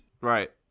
Right